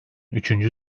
üçüncü